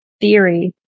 theory